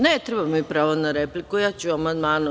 Ne treba mi pravo na repliku, ja ću o amandmanu.